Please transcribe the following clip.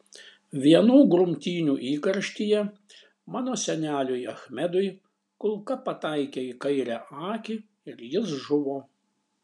vienų grumtynių įkarštyje mano seneliui achmedui kulka pataikė į kairę akį ir jis žuvo